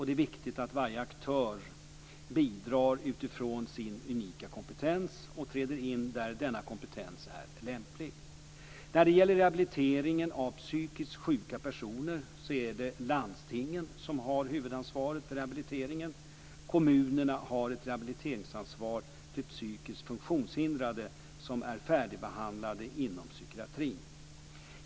Det är viktigt att varje aktör bidrar utifrån sin unika kompetens och träder in där denna kompetens är lämplig. När det gäller rehabiliteringen av psykiskt sjuka personer är det landstingen som har huvudansvaret för rehabiliteringen. Kommunerna har ett rehabiliteringsansvar för psykiskt funktionshindrade som är färdigbehandlade inom psykiatrin.